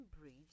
bridge